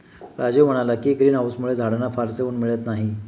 राजीव म्हणाला की, ग्रीन हाउसमुळे झाडांना फारसे ऊन मिळत नाही